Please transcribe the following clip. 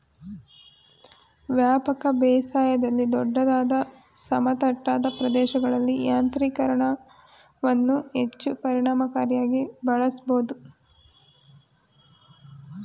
ವ್ಯಾಪಕ ಬೇಸಾಯದಲ್ಲಿ ದೊಡ್ಡದಾದ ಸಮತಟ್ಟಾದ ಪ್ರದೇಶಗಳಲ್ಲಿ ಯಾಂತ್ರೀಕರಣವನ್ನು ಹೆಚ್ಚು ಪರಿಣಾಮಕಾರಿಯಾಗಿ ಬಳಸ್ಬೋದು